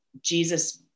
Jesus